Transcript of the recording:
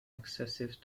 excessive